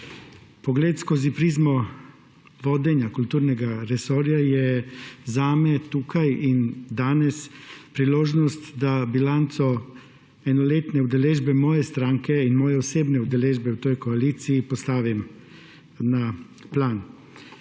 Pogled skozi prizmo vodenja kulturnega resorja je zame tukaj in danes priložnost, da bilanco enoletne udeležbe moje stranke in moje osebne udeležbe v tej koaliciji postavim na plan.